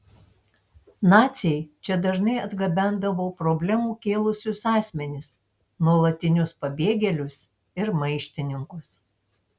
naciai čia dažnai atgabendavo problemų kėlusius asmenis nuolatinius pabėgėlius ir maištininkus